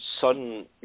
sudden